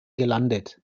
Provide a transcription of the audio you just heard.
gelandet